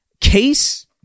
case